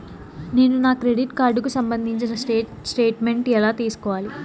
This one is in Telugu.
నేను నా క్రెడిట్ కార్డుకు సంబంధించిన స్టేట్ స్టేట్మెంట్ నేను ఎలా తీసుకోవాలి?